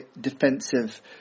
defensive